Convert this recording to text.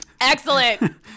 Excellent